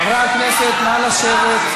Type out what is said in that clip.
חברי הכנסת, נא לשבת.